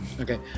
okay